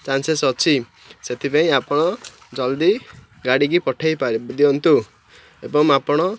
chances ଅଛି ସେଥିପାଇଁ ଆପଣ ଜଲ୍ଦି ଗାଡ଼ିକି ପଠେଇ ଦିଅନ୍ତୁ ଏବଂ ଆପଣ